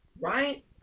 Right